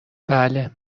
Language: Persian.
بله